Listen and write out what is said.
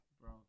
bro